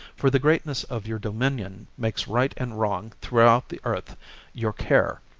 for the greatness of your dominion makes right and wrong throughout the earth your care.